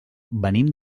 venim